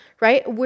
right